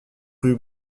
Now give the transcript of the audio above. rue